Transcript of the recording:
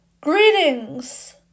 Greetings